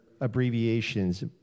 abbreviations